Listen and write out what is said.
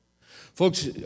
Folks